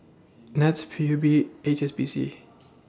Nets P U B H S B C